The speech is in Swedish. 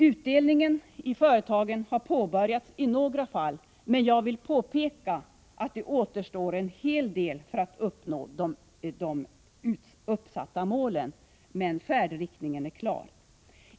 Utdelningen i företagen har påbörjats i några fall, även om det återstår — det vill jag påpeka — en hel del för att uppnå de uppsatta målen. Färdriktningen är klar.